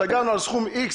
סגרנו על סכום X,